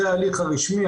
זה ההליך הרשמי,